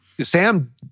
Sam